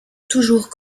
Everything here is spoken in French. toujours